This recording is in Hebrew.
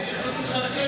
וזה לא קיים.